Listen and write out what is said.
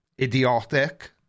idiotic